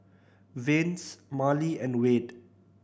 Vance Marley and Wade